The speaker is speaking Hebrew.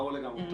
ברור לגמרי.